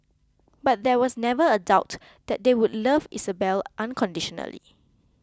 but there was never a doubt that they would love Isabelle unconditionally